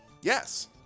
Yes